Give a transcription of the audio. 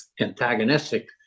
antagonistic